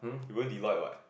you going Deloitte what